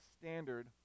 standard